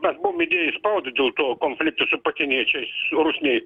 mes buvom įdėję į spaudą dėl to konflikto su pasieniečiais rusnėj